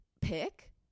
pick